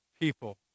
people